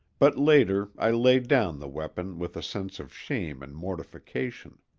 but later i laid down the weapon with a sense of shame and mortification.